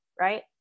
right